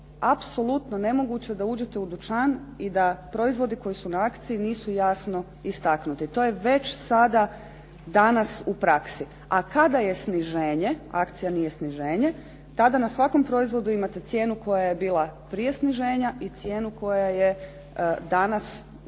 apsolutno nemoguće da uđete u dućan i da proizvodi koji su na akciji nisu jasno istaknuti. To je već sada danas u praksi, a kada je sniženje, akcija nije sniženje, tada na svakom proizvodu imate cijenu koja je bila prije sniženja i cijenu koja je danas na